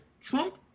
Trump